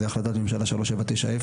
זו החלטת ממשלה 3790,